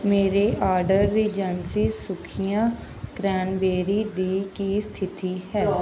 ਮੇਰੇ order regency ਸੁੱਖੀਆਂ cranberry ਦੀ ਕੀ ਸਥਿਤੀ ਹੈ